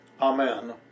Amen